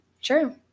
Sure